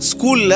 School